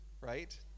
right